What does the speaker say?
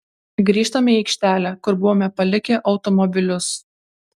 grįžtame į aikštelę kur buvome palikę automobilius